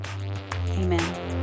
Amen